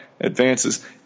advances